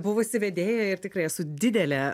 buvusi vedėja ir tikrai esu didelė